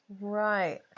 Right